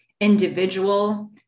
individual